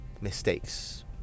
mistakes